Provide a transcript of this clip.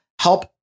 help